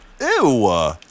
Ew